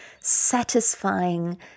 satisfying